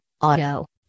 auto